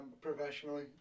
professionally